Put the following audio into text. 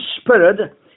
spirit